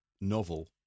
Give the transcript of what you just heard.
novel